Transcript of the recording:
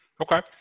Okay